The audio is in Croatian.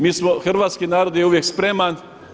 Mi smo, hrvatski narod je uvijek spreman.